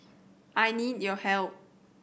I need your help